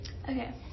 Okay